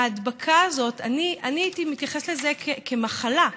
ההדבקה הזאת, אני הייתי מתייחסת לזה כאל מחלה.